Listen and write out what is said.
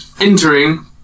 entering